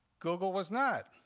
google was not.